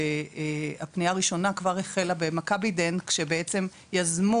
שהפנייה הראשונה כבר החלה במכבידנט כשבעצם יזמו